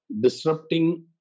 Disrupting